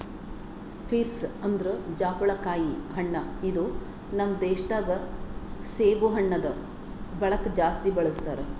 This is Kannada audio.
ಪೀರ್ಸ್ ಅಂದುರ್ ಜಾಪುಳಕಾಯಿ ಹಣ್ಣ ಇದು ನಮ್ ದೇಶ ದಾಗ್ ಸೇಬು ಹಣ್ಣ ಆದ್ ಬಳಕ್ ಜಾಸ್ತಿ ಬೆಳಿತಾರ್